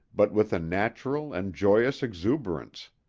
but with a natural and joyous exuberance,